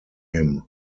him